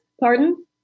Pardon